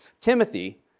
Timothy